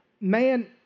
man